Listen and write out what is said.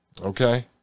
Okay